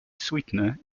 sweetener